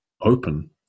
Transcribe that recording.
open